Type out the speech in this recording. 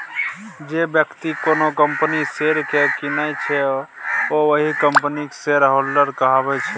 जे बेकती कोनो कंपनीक शेयर केँ कीनय छै ओ ओहि कंपनीक शेयरहोल्डर कहाबै छै